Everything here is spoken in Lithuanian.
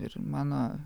ir mano